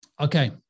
Okay